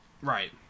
Right